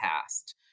past